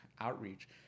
outreach